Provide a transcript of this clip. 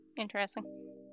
Interesting